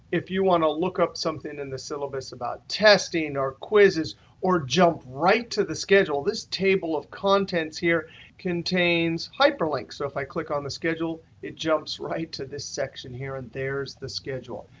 if you want to look up something in the syllabus about testing or quizzes or jump right to the schedule, this table of contents here contains hyperlinks. so if i click on the schedule, it jumps right to this section here, and there's the schedule.